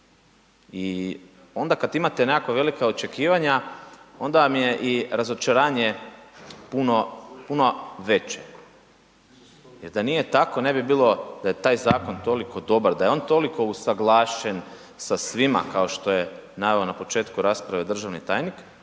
I onda kad imate nekakva velika očekivanja onda vam je i razočaranje puno, puno veće. Jer da nije tako, ne bi bilo, da je taj zakon toliko dobar, da je on toliko usuglašen sa svima kao što je najavio na početku rasprave državni tajnik